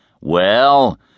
Well